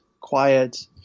quiet